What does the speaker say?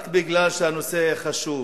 רק משום שהנושא חשוב